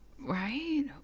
right